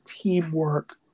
Teamwork